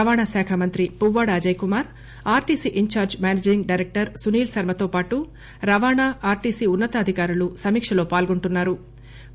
రవాణా శాఖ మంత్రి Puvvada Ajay Kumar RTC in charge managing director Sunil శర్మతో పాటు రవాణా ఆర్టీసీ ఉన్నతాధికారులు సమీక్షలో పాల్గొంటున్సారు